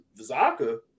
Vizaka